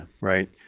Right